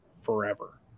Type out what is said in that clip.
forever